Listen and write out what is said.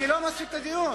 אני לא מפסיק את הדיון.